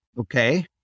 Okay